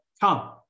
come